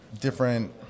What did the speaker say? different